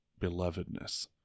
belovedness